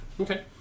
Okay